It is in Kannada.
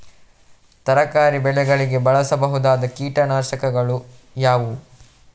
ತರಕಾರಿ ಬೆಳೆಗಳಿಗೆ ಬಳಸಬಹುದಾದ ಕೀಟನಾಶಕಗಳು ಯಾವುವು?